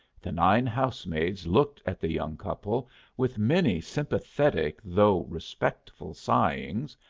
the nine house-maids looked at the young couple with many sympathetic though respectful sighings,